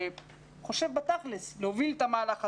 חושב בתכל'ס להוביל את המהלך הזה.